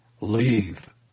leave